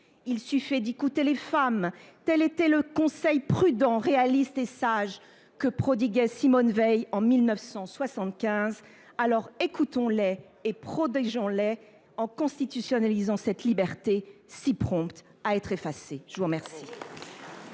Il suffit d’écouter les femmes. » Tel était le conseil prudent, réaliste et sage que prodiguait Simone Veil en 1975. Alors, écoutons les et protégeons les, en constitutionnalisant cette liberté si prompte à être effacée ! La parole